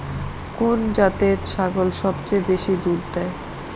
কোন জাতের ছাগল সবচেয়ে বেশি দুধ দেয়?